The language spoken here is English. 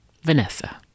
vanessa